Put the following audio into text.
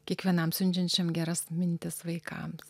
kiekvienam siunčiančiam geras mintis vaikams